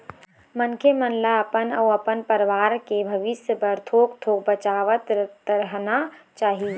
मनखे मन ल अपन अउ अपन परवार के भविस्य बर थोक थोक बचावतरहना चाही